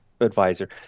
advisor